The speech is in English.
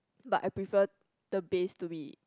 but I prefer the bass to be